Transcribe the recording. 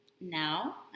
Now